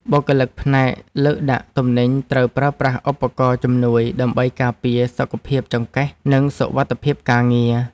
បុគ្គលិកផ្នែកលើកដាក់ទំនិញត្រូវប្រើប្រាស់ឧបករណ៍ជំនួយដើម្បីការពារសុខភាពចង្កេះ និងសុវត្ថិភាពការងារ។